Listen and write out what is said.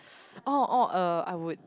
oh oh er I would